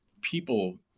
people